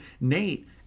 Nate